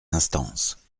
instances